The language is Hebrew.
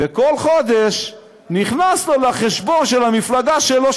וכל חודש נכנסים לו לחשבון של המפלגה שלו,